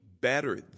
better